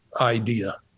idea